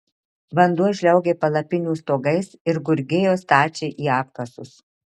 vanduo žliaugė palapinių stogais ir gurgėjo stačiai į apkasus